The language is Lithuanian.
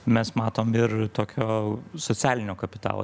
mes matom ir tokio socialinio kapitalo